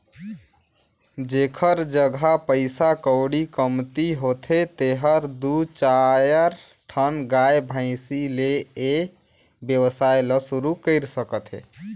जेखर जघा पइसा कउड़ी कमती होथे तेहर दू चायर ठन गाय, भइसी ले ए वेवसाय ल सुरु कईर सकथे